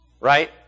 right